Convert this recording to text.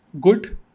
good